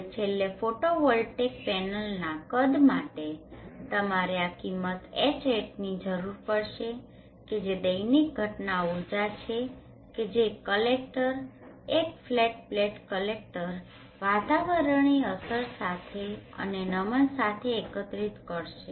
હવે છેલ્લે ફોટોવોલ્ટેઇક પેનલના કદ માટે તમારે આ કિંમત Hatની જરૂર પડશે કે જે દૈનિક ઘટના ઊર્જા છે કે જે કલેક્ટર એક ફ્લેટ પ્લેટ કલેક્ટર વાતાવરણીય અસરો સાથે અને નમન સાથે એકત્રિત કરશે